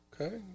Okay